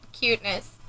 cuteness